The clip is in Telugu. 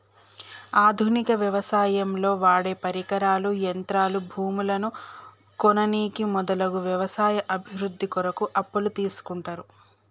ఆధునిక వ్యవసాయంలో వాడేపరికరాలు, యంత్రాలు, భూములను కొననీకి మొదలగు వ్యవసాయ అభివృద్ధి కొరకు అప్పులు తీస్కుంటరు